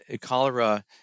cholera